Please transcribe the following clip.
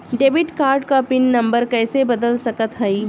Debit card क PIN number कइसे बदल सकत हई?